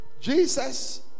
Jesus